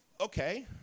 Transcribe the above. okay